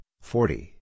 forty